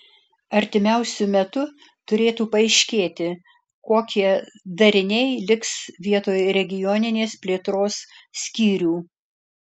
artimiausiu metu turėtų paaiškėti kokie dariniai liks vietoj regioninės plėtros skyrių